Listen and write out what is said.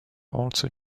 also